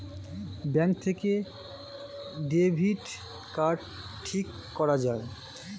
bank থেকে debit card ঠিক করা যায়